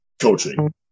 coaching